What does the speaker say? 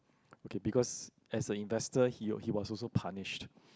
okay because as a investor he was he was also punished